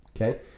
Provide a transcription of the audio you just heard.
okay